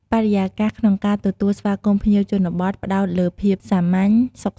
បរិយាកាសក្នុងការទទួលស្វាគមន៍ភ្ញៀវជនបទផ្តោតលើភាពសាមញ្ញ សុខសាន្ត ស្មោះត្រង់ និងអោយតម្លៃយ៉ាងសមរម្យ។